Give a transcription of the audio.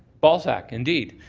balzac, indeed.